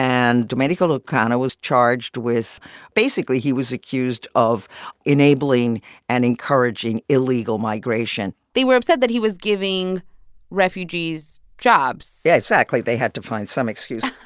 and domenico lucano was charged with basically, he was accused of enabling and encouraging illegal migration they were upset that he was giving refugees jobs yeah, exactly. they had to find some excuse.